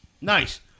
Nice